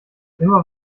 immer